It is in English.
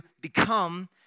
become